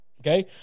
Okay